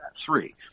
three